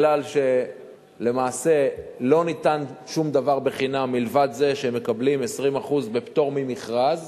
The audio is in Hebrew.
כי למעשה לא ניתן שום דבר חינם מלבד זה שהם מקבלים 20% בפטור ממכרז.